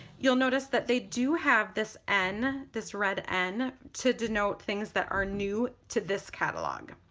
you'll notice that they do have this n this red n to denote things that are new to this catalog.